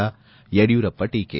ಯಡಿಯೂರಪ್ಪ ಟೀಕೆ